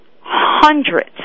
hundreds